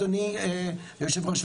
אדוני היושב ראש,